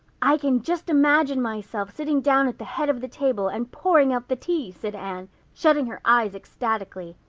i can just imagine myself sitting down at the head of the table and pouring out the tea, said anne, shutting her eyes ecstatically.